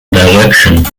direction